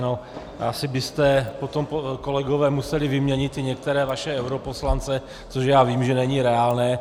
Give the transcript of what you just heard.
No, asi byste potom, kolegové, museli vyměnit i některé vaše europoslance, což já vím, že není reálné.